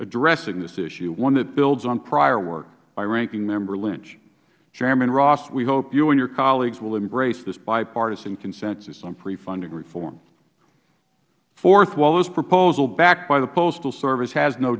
addressing this issue one that builds on prior work by ranking member lynch chairman ross we hope you and your colleagues will embrace this bipartisan consensus on pre funding reform fourth while this proposal backed by the postal service has no